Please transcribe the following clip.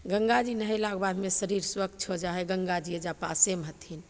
गङ्गाजी नहेलाके बादमे शरीर स्वच्छ हो जाइ हइ गङ्गाजी एहिजाँ पासेमे हथिन